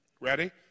Ready